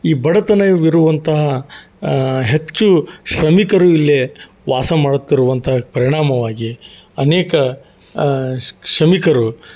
ಈ ಬಡತನವಿರುವಂತಹ ಹೆಚ್ಚು ಶ್ರಮಿಕರು ಇಲ್ಲಿ ವಾಸ ಮಾಡುತ್ತಿರುವಂಥ ಪರಿಣಾಮವಾಗಿ ಅನೇಕ ಶಮಿಕರು